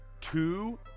two